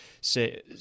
say